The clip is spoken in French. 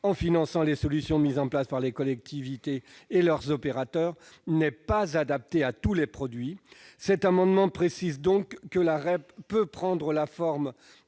ou finançant les solutions mises en place par les collectivités territoriales et leurs opérateurs, n'est pas adapté à tous les produits. Nous précisons donc que la REP peut prendre la forme